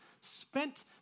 spent